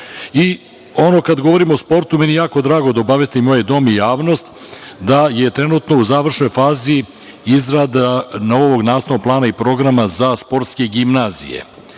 kada govorimo o sportu, meni je jako drago da obavestim ovaj dom i javnost, da je trenutno u završnoj fazi izrada novog nastavnog plana i programa za sportske gimnazije.